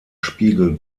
spiegel